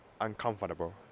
uncomfortable